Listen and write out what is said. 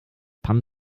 pan